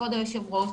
כבוד היושב-ראש,